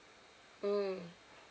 mm